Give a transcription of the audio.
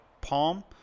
palm